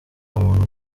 muntu